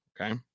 okay